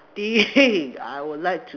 did I would like to